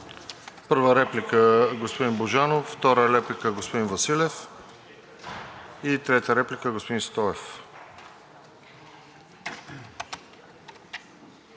Първа реплика – господин Божанов, втора реплика господин Василев и трета реплика господин Стоев.